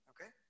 Okay